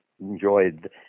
enjoyed